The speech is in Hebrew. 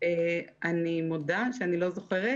אני מודה שאני לא זוכרת.